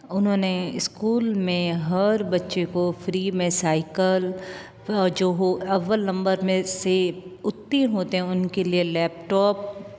उन्होंने इस्कूल में हर बच्चे को फ़्री में साइकल जो हो अव्वल नंबर में से उत्तीर्ण होते हैं उनके लिए लैपटॉप